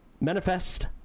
Manifest